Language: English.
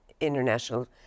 international